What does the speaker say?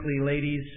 ladies